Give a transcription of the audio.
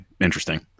interesting